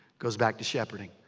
goes back to shepherding.